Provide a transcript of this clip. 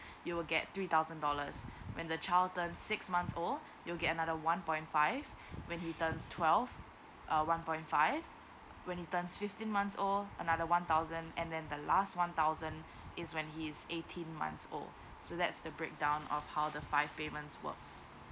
you will get three thousand dollars when the child turn six months old you get another one point five when he turns twelve uh one point five when he turns fifteen months old another one thousand and then the last one thousand is when he is eighteen months old so that's the breakdown of how the five payment work